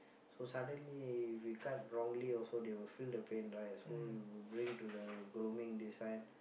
so suddenly if you cut wrongly also they will feel the pain right so we'll bring to the grooming this one